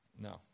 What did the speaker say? No